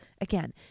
Again